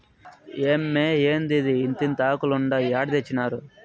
ఏమ్మే, ఏందిదే ఇంతింతాకులుండాయి ఏడ తెచ్చినారు